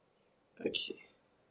okay